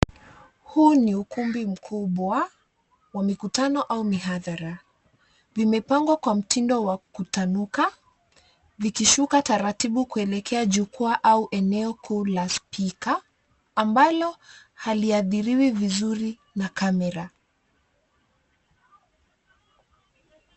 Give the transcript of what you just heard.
Huu ni ukumbi mkubwa wa mikutano au mihadhara, imepangwa kwa mtindo wa kutanuka, vikishuka taratibu kuelekea jukua au eneo kuu la spika ambalo halihatiriwi vizuri na kamera.